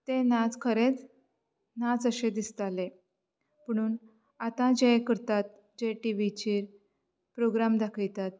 तें नाच खरेच नाच अशें दिसताले पुणून आता जे करतात जे टिवीचेर प्रोग्राम दाखयतात